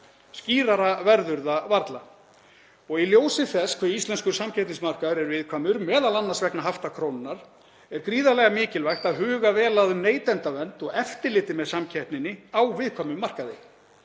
Skýrara verður það varla. Í ljósi þess hve íslenskur samkeppnismarkaður er viðkvæmur, m.a. vegna hafta krónunnar, er gríðarlega mikilvægt að huga vel að neytendavernd og eftirliti með samkeppninni á viðkvæmum markaði.